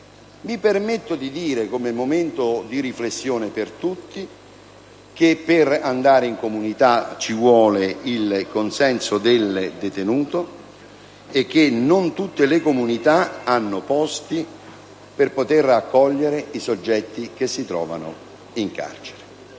Mi permetto di dire come momento di riflessione per tutti che, per andare in comunità, occorre il consenso del detenuto e che non tutte le comunità hanno posti per poter accogliere i soggetti che si trovano in carcere.